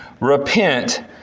Repent